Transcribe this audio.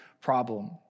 problem